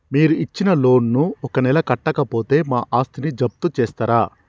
మీరు ఇచ్చిన లోన్ ను ఒక నెల కట్టకపోతే మా ఆస్తిని జప్తు చేస్తరా?